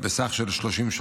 בסך של 30 שעות.